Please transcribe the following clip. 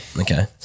okay